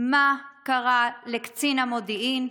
מה קרה לקצין המודיעין,